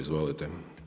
Izvolite.